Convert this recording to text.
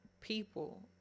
people